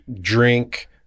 drink